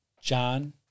John